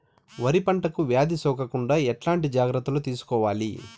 వరి పంటకు వ్యాధి సోకకుండా ఎట్లాంటి జాగ్రత్తలు తీసుకోవాలి?